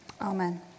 Amen